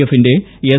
എഫിന്റെ എസ്